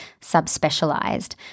subspecialized